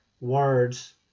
words